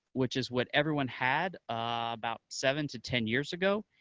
which is what everyone had about seven to ten years ago,